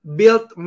built